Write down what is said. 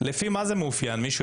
לפי מה היא מאופיינת?